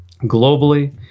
globally